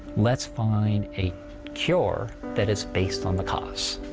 let's find a cure that is based on the cause.